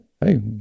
Hey